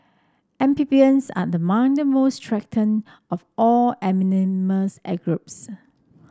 amphibians are among the most threatened of all groups